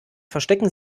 verstecken